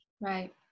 Right